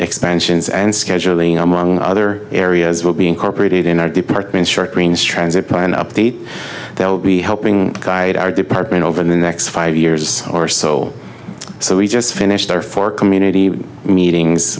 expansions and scheduling among other areas will be incorporated in our department's short greens transit plan update they'll be helping guide our department over the next five years or so so we just finished our four community meetings